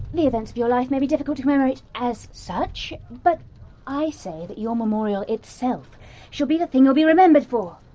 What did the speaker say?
the events of your life may be difficult to commemorate as such but i say that your memorial itself shall be the thing you'll be remembered for!